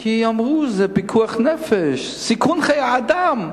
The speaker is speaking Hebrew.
כי אמרו שזה פיקוח נפש, סיכון חיי אדם.